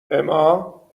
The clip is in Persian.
اما